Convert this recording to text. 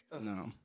No